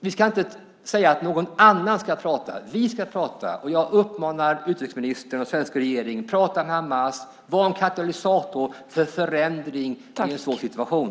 Vi ska inte säga att någon annan ska prata. Vi ska prata, och jag uppmanar utrikesministern och svenska regeringen att prata med Hamas, att vara en katalysator för förändring i en svår situation.